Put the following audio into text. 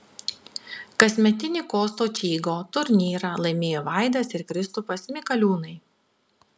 kasmetinį kosto čygo turnyrą laimėjo vaidas ir kristupas mikaliūnai